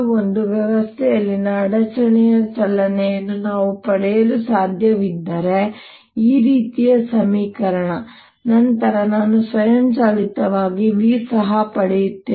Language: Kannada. ಒಂದು ವ್ಯವಸ್ಥೆಯಲ್ಲಿನ ಅಡಚಣೆಯ ಚಲನೆಯನ್ನು ನಾನು ಪಡೆಯಲು ಸಾಧ್ಯವಾದರೆ ಈ ರೀತಿಯ ಸಮೀಕರಣ ನಂತರ ನಾನು ಸ್ವಯಂಚಾಲಿತವಾಗಿ v ಸಹ ಪಡೆಯುತ್ತೇನೆ